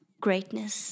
greatness